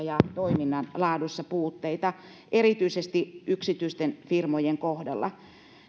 ja toiminnan laadussa puutteita erityisesti yksityisten firmojen kohdalla